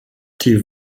die